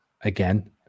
again